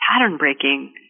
pattern-breaking